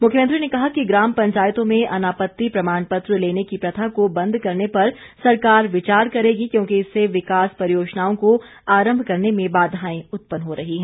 मुख्यमंत्री ने कहा कि ग्राम पंचायतों में अनापत्ति प्रमाण पत्र लेने की प्रथा को बंद करने पर सरकार विचार करेगी क्योंकि इससे विकास परियोजनाओं को आरंभ करने में बाधाएं उत्पन्न हो रही है